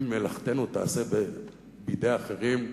אם מלאכתנו תיעשה בידי אחרים,